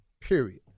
Period